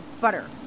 butter